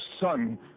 son